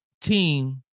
team